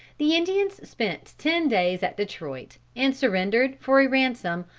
the indians spent ten days at detroit, and surrendered, for a ransom,